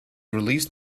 released